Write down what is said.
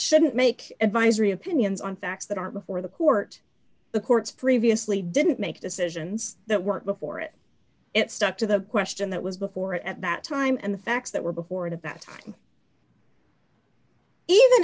shouldn't make advisory opinions on facts that are before the court the courts previously didn't make decisions that weren't before it it stuck to the question that was before it at that time and the facts that were before it that